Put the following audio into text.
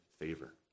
favor